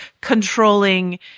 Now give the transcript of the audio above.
controlling